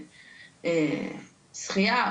שחייה,